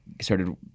started